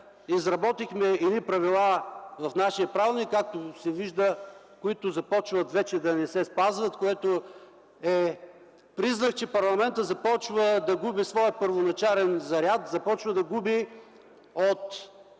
изработихме едни правила в нашия правилник, както се вижда, които започват вече да не се спазват, което е признак, че парламентът започва да губи своя първоначален заряд, започва да губи от